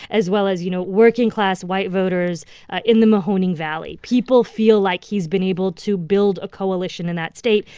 as well as, you know, working-class, white voters in the mahoning valley. people feel like he's been able to build a coalition in that state.